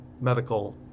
medical